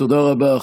תודה רבה.